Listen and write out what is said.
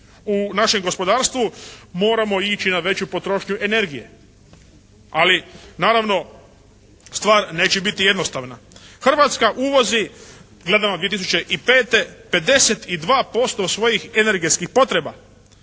u našem gospodarstvu moramo ići na veću potrošnju energije. Ali naravno, stvar neće biti jednostavna. Hrvatska uvozi gledano 2005. 52% svojih energetskih potreba